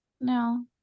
no